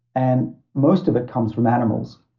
and most of it comes from animals.